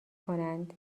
کنند